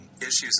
issues